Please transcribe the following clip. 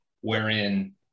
wherein